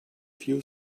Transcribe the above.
few